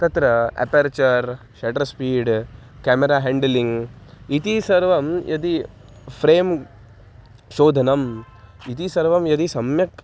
तत्र aperture shutter speed camera handling इति सर्वं यदि फ़्रें शोधनम् इति सर्वं यदि सम्यक्